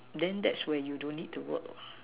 then that's where you don't need to work